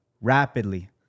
rapidly